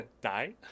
die